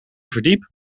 verdiep